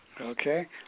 Okay